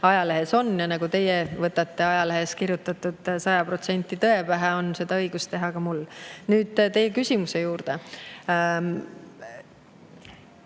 ajalehes on. Nagu teie võtate ajalehes kirjutatut sada protsenti tõe pähe, on seda õigus teha ka mul. Nüüd teie küsimuse juurde.